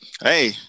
Hey